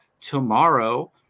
tomorrow